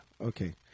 Okay